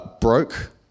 broke